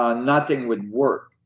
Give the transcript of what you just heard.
ah nothing would work.